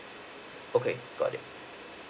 okay got it